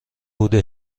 بوده